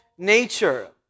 Nature